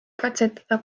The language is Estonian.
katsetada